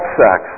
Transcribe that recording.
sex